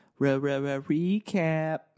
recap